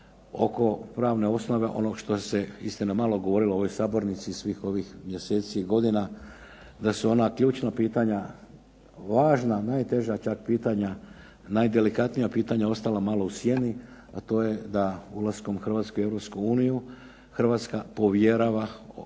oko pravne osnove istina onoga što se malo govorilo u ovoj sabornici svih ovih mjeseci i godina, da su ona ključna pitanja važna, najteža čak pitanja najdelikatnija pitanja ostala malo u sjeni, a to je da ulaskom Hrvatske u Europsku uniju, Hrvatska povjerava